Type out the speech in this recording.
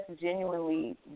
genuinely